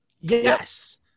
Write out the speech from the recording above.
yes